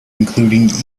including